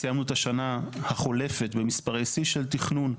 סיימנו את השנה החולפת במספרי שיא של תכנון,